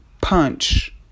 punch